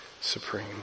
supreme